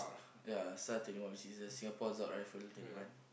ya SAR twenty one which is the Singapore-Assault-Rifle twenty one